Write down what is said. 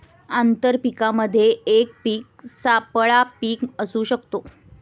आंतर पीकामध्ये एक पीक सापळा पीक असू शकते